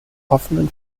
offenen